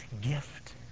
gift